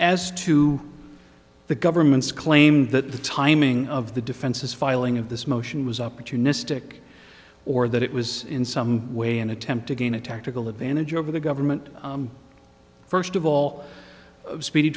as to the government's claim that the timing of the defense's filing of this motion was opportunistic or that it was in some way an attempt to gain a tactical advantage over the government first of all speedy